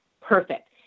perfect